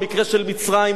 במקרה של מצרים,